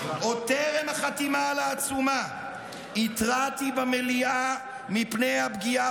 עוד טרם החתימה על העצומה התרעתי במליאה מפני הפגיעה